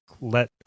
let